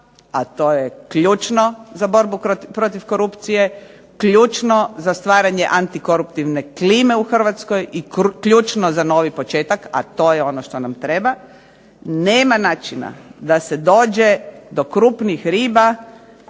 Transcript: a to je ključno za borbu protiv korupcije, ključno za stvaranje anti koruptivne klime u Hrvatskoj i ključno za novi početak, a to je ono što nam treba. Nema načina da se dođe do krupnih riba